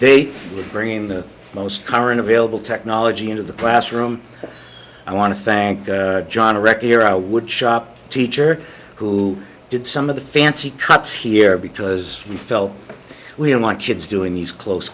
date with bringing the most current available technology into the classroom i want to thank john record here our wood shop teacher who did some of the fancy cuts here because we felt we don't want kids doing these close